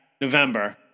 November